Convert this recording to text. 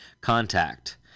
Contact